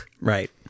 Right